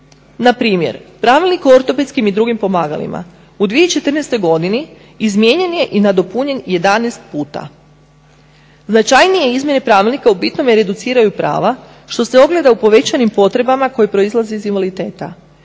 npr. Pravilnik o ortopedskim i drugim pomagalima u 2014.izmijenjen je i nadopunjen 11 puta. Značajnije izmjene pravilnika u bitnome reduciraju prava što se ogleda u povećanim potrebama koje proizlaze iz invaliditeta.